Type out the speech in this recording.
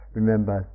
remember